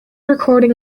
recording